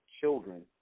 children